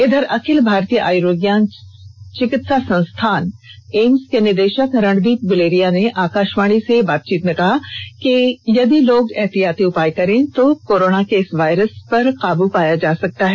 इधर अखिल भारतीय आयुर्विज्ञान चिकित्सा संस्थान एम्स के निदेशक रणदीप गुलेरिया ने आकाशवाणी से बातचीत में कहा कि यदि लोग कुछ एहतियाती उपाय करें तो इस वायरस पर काबू पाया जा सकता है